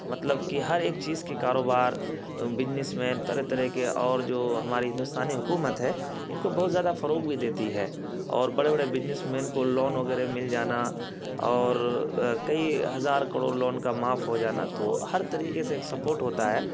مطلب کہ ہر ایک چیز کے کاروبار بزنس مین طرح طرح کے اور جو ہماری ہندوستانی حکومت ہے ان کو بہت زیادہ فروغ بھی دیتی ہے اور بڑے بڑے بزنس مین کو لون وغیرہ مل جانا اور کئی ہزار کروڑ لون کا معاف ہو جانا تو ہر طریقے سے ایک سپورٹ ہوتا ہے